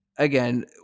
Again